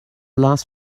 last